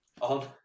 on